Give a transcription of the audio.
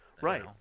Right